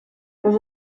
los